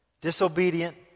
disobedient